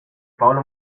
pablo